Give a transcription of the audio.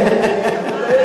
תרופה,